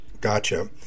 Gotcha